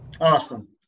awesome